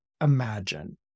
imagine